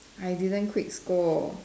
I didn't quit school